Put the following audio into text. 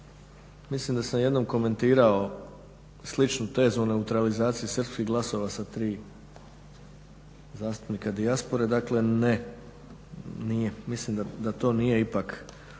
mislim da sam jednom komentirao sličnu tezu o neutralizaciji srpskih glasova sa 3 zastupnika dijaspore. Dakle, ne nije mislim da to nije ipak